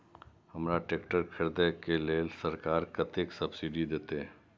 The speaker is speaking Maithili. हमरा ट्रैक्टर खरदे के लेल सरकार कतेक सब्सीडी देते?